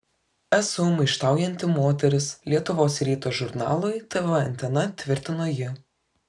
esu maištaujanti moteris lietuvos ryto žurnalui tv antena tvirtino ji